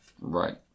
Right